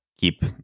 keep